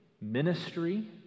ministry